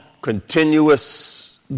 continuous